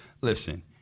listen